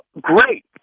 great